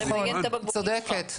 נכון, צודקת.